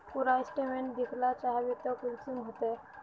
पूरा स्टेटमेंट देखला चाहबे तो कुंसम होते?